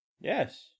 Yes